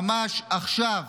ממש עכשיו